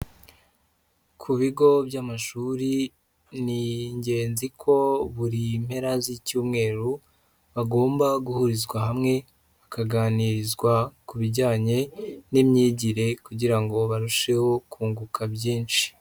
Ku bigo by'amashuri, ni ingenzi ko buri mpera z'icyumweru bagomba guhurizwa hamwe bakaganirizwa ku bijyanye n'imyigire kugira ngo barusheho kunguka byinshi.